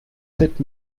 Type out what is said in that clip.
sept